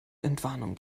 entwarnung